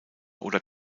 oder